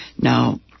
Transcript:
Now